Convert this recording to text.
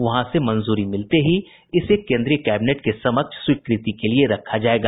वहां से मंजूरी मिलते ही इसे केन्द्रीय कैबिनेट के समक्ष स्वीकृति के लिए रखा जायेगा